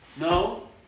No